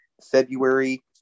February